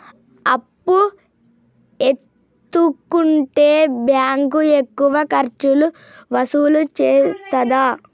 అప్పు ఎత్తుకుంటే బ్యాంకు ఎక్కువ ఖర్చులు వసూలు చేత్తదా?